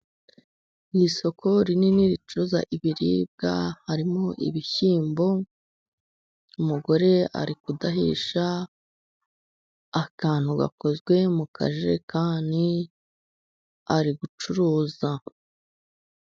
Mu isoko rinini ricuza ibiribwa harimo ibishyimbo, umugore ari kudahisha akantu gakozwe mu kajerekani ari gucuruza.